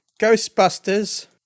Ghostbusters